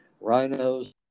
rhinos